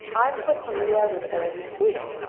i'm quite familiar with all these things.